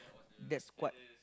that's quite